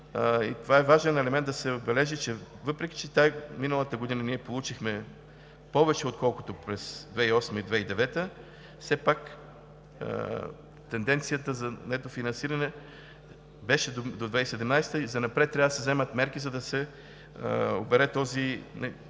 Това е важен елемент да се отбележи, въпреки че за тази и миналата година ние получихме повече отколкото през 2008 г. и 2009 г., все пак тенденцията за недофинансиране беше до 2017 г. и занапред трябва да се вземат мерки, за да се обере това